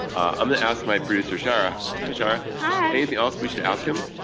i'm gonna ask my producer shara hi shara. hi. anything else we should ask him?